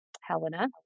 Helena